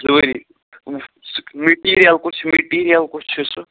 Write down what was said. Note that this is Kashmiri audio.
زٕ ؤری میٹیٖریَل کُس چھُ میٹیٖریَل کُس چھُ سُہ